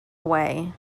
away